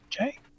Okay